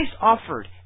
offered